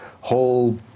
whole